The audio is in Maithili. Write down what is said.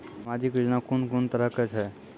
समाजिक योजना कून कून तरहक छै?